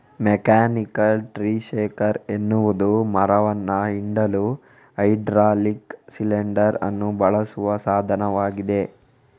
mechanical tree shaker ಎನ್ನುವುದು ಮರವನ್ನ ಹಿಂಡಲು ಹೈಡ್ರಾಲಿಕ್ ಸಿಲಿಂಡರ್ ಅನ್ನು ಬಳಸುವ ಸಾಧನವಾಗಿದೆ